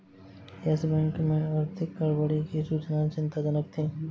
yes Bank में आर्थिक गड़बड़ी की सूचनाएं चिंताजनक थी